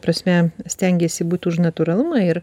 prasme stengiesi būt už natūralumą ir